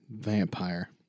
Vampire